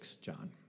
John